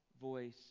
voice